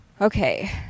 Okay